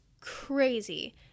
crazy